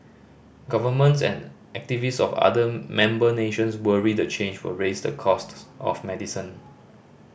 governments and activists of other member nations worry the change will raise the costs of medicine